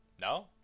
No